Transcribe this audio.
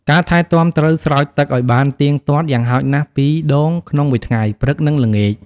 ការថែទាំត្រូវស្រោចទឹកឲ្យបានទៀងទាត់ យ៉ាងហោចណាស់ពីរដងក្នុងមួយថ្ងៃ (ព្រឹក និងល្ងាច)។